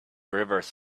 rivers